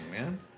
man